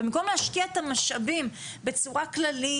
ובמקום להשקיע את המשאבים בצורה כללית,